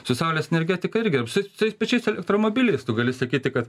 su saulės energetika irgi sais sais pačiais elektromobiliais tu gali sakyti kad